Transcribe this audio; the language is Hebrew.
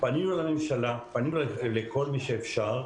פנינו לממשלה, פנינו לכל מי שאפשר,